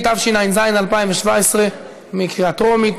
התשע"ז 2017, בקריאה טרומית.